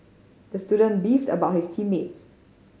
the student beefed about his team mates